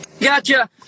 Gotcha